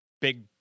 big